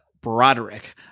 Broderick